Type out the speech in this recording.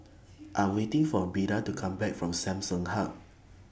I Am waiting For Beda to Come Back from Samsung Hub